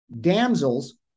Damsels